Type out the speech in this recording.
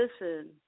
Listen